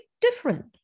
different